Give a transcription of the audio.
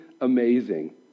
amazing